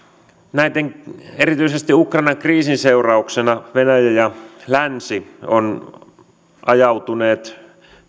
erityisesti ukrainan kriisin seurauksena venäjä ja länsi ovat ajautuneet